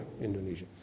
Indonesia